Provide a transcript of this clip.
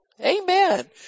amen